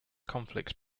conflict